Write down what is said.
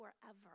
forever